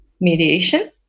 mediation